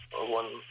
one